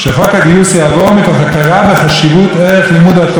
ערך לימוד התורה והכרת עליונות אחדות העם.